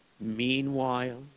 Meanwhile